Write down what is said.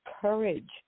courage